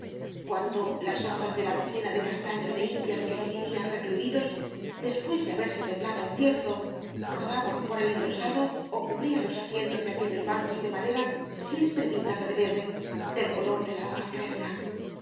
cuando las hojas de la docena de castaños de indias que allí vivían recluidos después de haber temblado al cierzo rodaban por el enlosado o cubrían los asientos de aquellos bancos de madera siempre pintada de verde del color de la hoja fresca